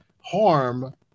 harm